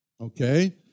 okay